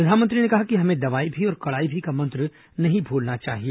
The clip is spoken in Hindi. प्रधानमंत्री ने कहा कि हमें दवाई भी और कड़ाई भी का मंत्र नहीं भूलना चाहिए